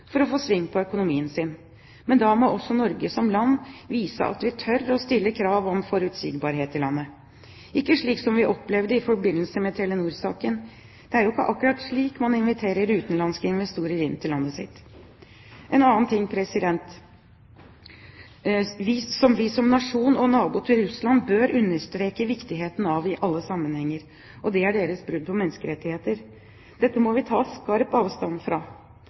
for å få sving på økonomien sin. Men da må også Norge som land vise at vi tør å stille krav om forutsigbarhet i landet – og ikke slik som vi opplevde det i forbindelse med Telenor-saken. Det er ikke akkurat slik man inviterer utenlandske investorer inn i landet sitt. En annen ting som vi som nasjon og nabo til Russland bør understreke viktigheten av i alle sammenhenger, er Russlands brudd på menneskerettigheter. Dette må vi ta skarpt avstand fra.